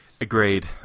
Agreed